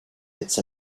its